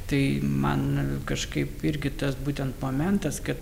tai man kažkaip irgi tas būtent momentas kad